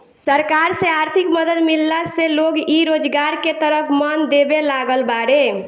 सरकार से आर्थिक मदद मिलला से लोग इ रोजगार के तरफ मन देबे लागल बाड़ें